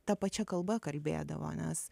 ta pačia kalba kalbėdavo nes